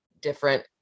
different